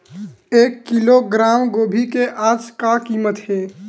एक किलोग्राम गोभी के आज का कीमत हे?